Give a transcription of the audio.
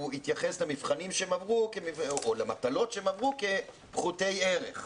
התייחס למבחנים שהם עברו או למטלות שהם עברו כפחותי ערך.